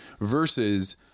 versus